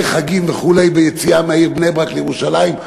חגים וכו' ביציאה מהעיר בני-ברק לירושלים,